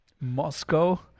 Moscow